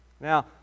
Now